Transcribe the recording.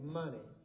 money